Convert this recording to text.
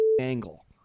angle